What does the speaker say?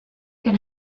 can